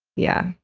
yeah.